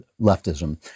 leftism